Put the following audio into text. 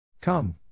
Come